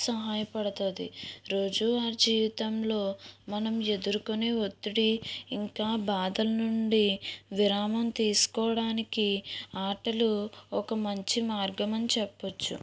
సహాయపడుతుంది రోజు ఆ జీవితంలో మనం ఎదుర్కొనే ఒత్తిడి ఇంకా బాధల నుండి విరామం తీసుకోవడానికి ఆటలు ఒక మంచి మార్గమని చెప్పొచ్చు